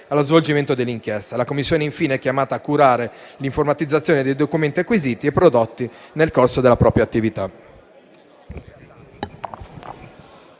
allo svolgimento dell'inchiesta. La Commissione, infine, è chiamata a curare l'informatizzazione dei documenti acquisiti e prodotti nel corso della propria attività.